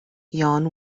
jan